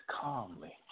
calmly